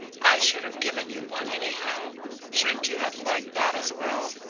i should have given you one anyhow shouldn't you have liked that as well?